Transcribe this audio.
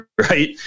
right